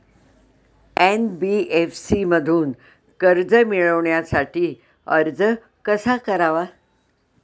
NBFC मधून कर्ज मिळवण्यासाठी अर्ज कसा करावा?